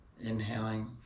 Inhaling